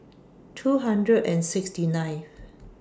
two hundred and sixty nine